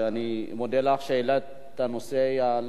ואני מודה לך על שהעלית את הנושא על